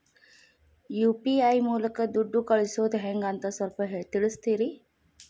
UPI ಮೂಲಕ ದುಡ್ಡು ಕಳಿಸೋದ ಹೆಂಗ್ ಅಂತ ಸ್ವಲ್ಪ ತಿಳಿಸ್ತೇರ?